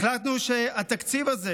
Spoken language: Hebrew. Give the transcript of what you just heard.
החלטנו שבתקציב הזה